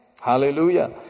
Hallelujah